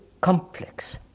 complex